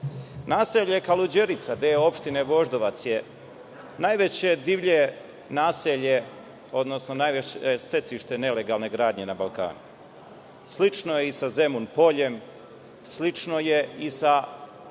liste. Naselje Kaluđerica, deo opštine Voždovac, je najveće divlje naselje, odnosno najveće stecište nelegalne gradnje na Balkanu. Slično je i sa Zemun poljem, slično je i sa